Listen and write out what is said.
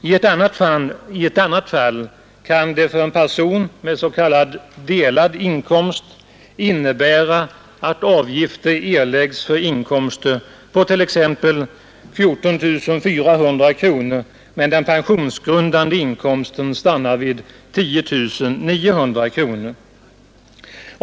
I ett annat fall kan det för en person med s.k. delad inkomst innebära att avgifter erläggs för inkomster på t.ex. 14 400 kronor, men den pensionsgrundande inkomsten stannar vid 10 900 kronor.